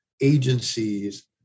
agencies